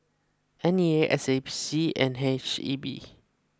N E A S A P and H E B